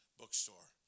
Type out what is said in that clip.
bookstore